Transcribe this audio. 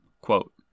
Quote